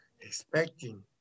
Expecting